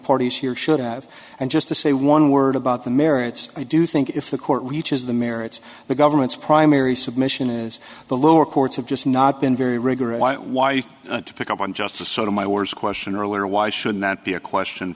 parties here should have and just to say one word about the merits i do think if the court reaches the merits the government's primary submission is the lower courts have just not been very rigorous why to pick up on just the sort of my worst question earlier why should that be a question